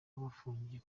bafungiye